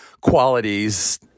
qualities